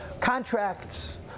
contracts